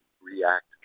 react